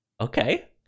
Okay